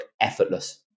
effortless